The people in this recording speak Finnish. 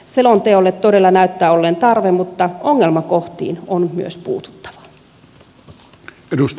selonteolle todella näyttää olleen tarve mutta ongelmakohtiin on myös puututtava